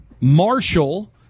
Marshall